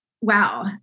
Wow